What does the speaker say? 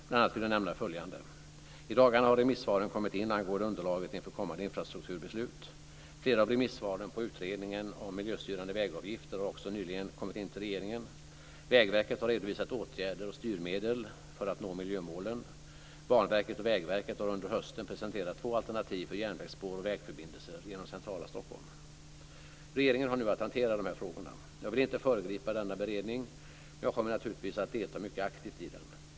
Bl.a. vill jag nämna följande: · i dagarna har remissvaren kommit in angående underlaget inför kommande infrastrukturbeslut, · flera av remissvaren på utredningen om miljöstyrande vägavgifter har också nyligen kommit in till regeringen, · Vägverket har redovisat åtgärder och styrmedel för att nå miljömålen, · Banverket och Vägverket har under hösten presenterat två alternativ för järnvägsspår och vägförbindelser genom centrala Stockholm. Regeringen har nu att hantera dessa frågor. Jag vill inte föregripa denna beredning, men jag kommer naturligtvis att delta mycket aktivt i den.